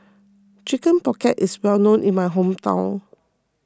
Chicken Pocket is well known in my hometown